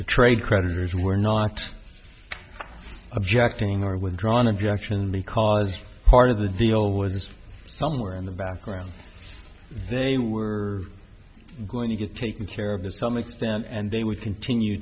the trade creditors were not objecting or withdrawn objections because part of the deal was somewhere in the background they were going to get taken care of to some extent and they would continue